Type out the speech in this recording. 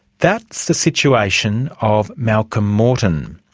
that's the situation of malcolm morton.